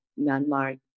Myanmar